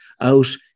out